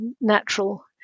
natural